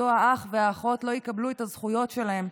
אותו האח והאחות לא יקבלו את הזכויות שלהם.